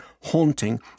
haunting